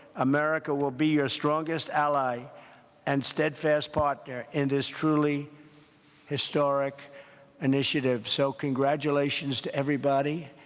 america will be your strongest ally and steadfast partner in this truly historic initiative. so, congratulations to everybody.